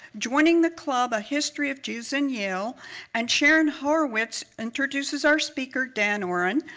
joining the club, a history of jews in yale and sharon horowitz introduces our speaker, dan oren,